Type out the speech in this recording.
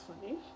funny